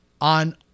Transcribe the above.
on